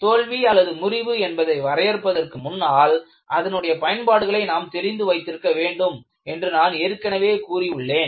தோல்விமுறிவு என்பதை வரையறுப்பதற்கு முன்னால் அதனுடைய பயன்பாடுகளை நாம் தெரிந்து வைத்திருக்க வேண்டும் என்று நான் ஏற்கனவே கூறியுள்ளேன்